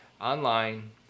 online